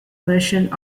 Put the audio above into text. version